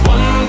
One